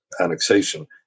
annexation